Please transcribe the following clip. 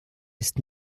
ist